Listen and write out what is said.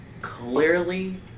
Clearly